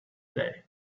day